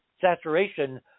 saturation